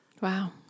Wow